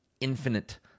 infinite